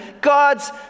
God's